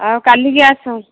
ଆଉ କାଲି କି ଆସ